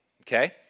okay